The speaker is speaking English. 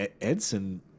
Edson